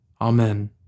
Amen